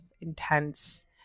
intense